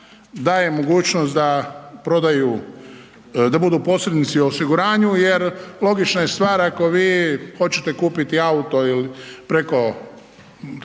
da prodaju, da budu posrednici u osiguranju jer logična je stvar ako vi hoćete kupiti auto ili preko,